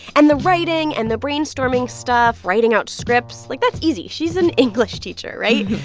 and the writing and the brainstorming stuff, writing out scripts like, that's easy. she's an english teacher, right?